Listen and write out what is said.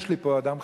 יש לי פה אדם חרדי.